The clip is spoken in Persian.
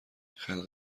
خلق